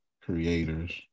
creators